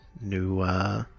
new